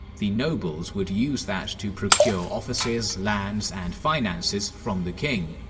the nobles would use that to procure offices, lands, and finances from the king.